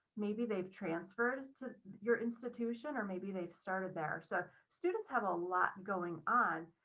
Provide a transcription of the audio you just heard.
maybe they've transferred to your institution, or maybe they've started there. so students have a lot going on.